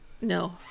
No